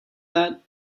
that